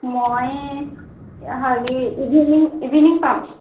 মই হেৰি evening evening পাম